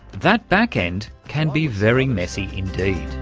that backend can be very messy indeed.